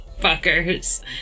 fuckers